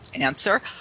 answer